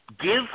give